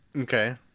Okay